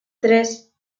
tres